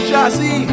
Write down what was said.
Jazzy